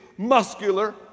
muscular